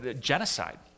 genocide